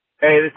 Hey